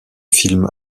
film